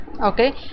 okay